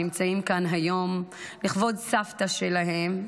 שנמצאים כאן היום לכבוד סבתא שלהם,